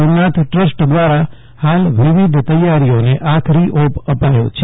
Somnath trust ક્રારા ફાલ વિવિધ તૈયારીઓને આખરી ઓપ અપાયો છે